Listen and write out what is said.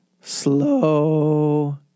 slow